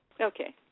Okay